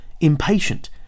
impatient